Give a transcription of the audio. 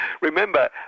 Remember